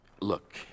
Look